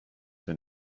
been